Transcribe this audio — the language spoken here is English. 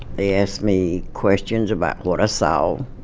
they asked me questions about what so